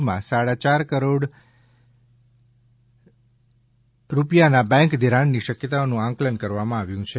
માં સાડા ચાર ફજાર કરોડ રૂપિયાના બેન્ક ધિરાણની શક્યતાઓનું આકલન કરવામાં આવ્યું છે